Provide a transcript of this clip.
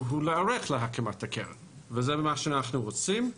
הוא להיערך להקמת הקרן, וזה מה שאנחנו רוצים.